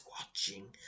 watching